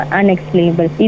unexplainable